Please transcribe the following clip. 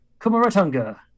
Kumaratunga